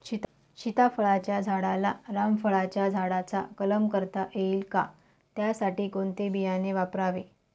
सीताफळाच्या झाडाला रामफळाच्या झाडाचा कलम करता येईल का, त्यासाठी कोणते बियाणे वापरावे?